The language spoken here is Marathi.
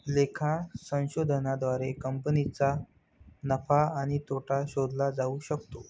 लेखा संशोधनाद्वारे कंपनीचा नफा आणि तोटा शोधला जाऊ शकतो